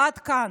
עד כאן.